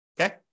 Okay